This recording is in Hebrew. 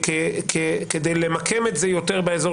כדי למקם את זה יותר באזור